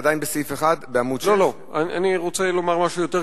סעיף 1, "הכשרת אפליה לאומית וחברתית",